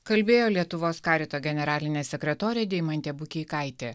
kalbėjo lietuvos karito generalinė sekretorė deimantė bukeikaitė